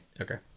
Okay